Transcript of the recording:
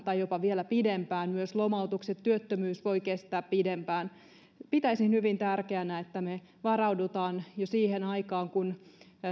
tai jopa vielä pidempään kestävän koronakriisin aikana myös lomautukset työttömyys voivat kestää pidempään pitäisin hyvin tärkeänä että me varaudumme jo siihen aikaan kun